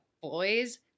boys